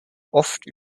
oft